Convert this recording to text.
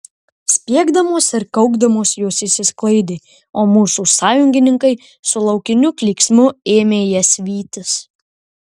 spiegdamos ir kaukdamos jos išsisklaidė o mūsų sąjungininkai su laukiniu klyksmu ėmė jas vytis